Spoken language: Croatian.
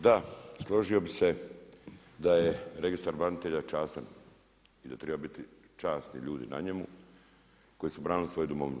Da, složio bih se da je registar branitelja častan i da triba biti časni ljudi na njemu koji su branili svoju Domovinu.